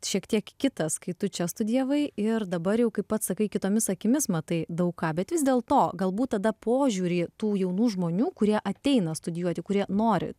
šiek tiek kitas kai tu čia studijavai ir dabar jau kaip pats sakai kitomis akimis matai daug ką bet vis dėlto galbūt tada požiūrį tų jaunų žmonių kurie ateina studijuoti kurie nori